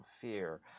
fear